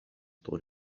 طول